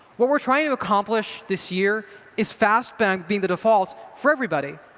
what we're trying to accomplish this year is fast bank being the default for everybody.